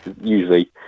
usually